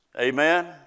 Amen